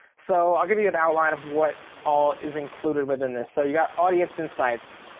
so i'll give you an outline of what all is included within this. so you got audience insights,